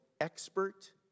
Expert